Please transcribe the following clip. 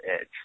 edge